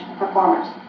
performers